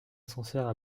ascenseurs